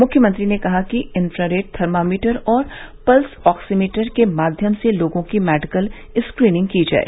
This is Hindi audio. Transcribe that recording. मुख्यमंत्री ने कहा कि इन्फ्रारेड थर्मामीटर और पल्स आक्सीमीटर के माध्यम से लोगों की मेडिकल स्क्रीनिंग की जाय